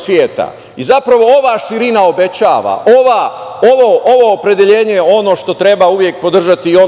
sveta. Ova širina obećava, ovo opredeljenje je ono što uvek treba podržati i